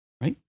Right